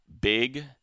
big